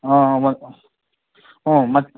ಹಾಂ ಮತ್ತು ಹ್ಞೂ ಮತ್ತು